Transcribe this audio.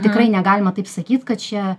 tikrai negalima taip sakyt kad čia